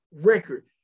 record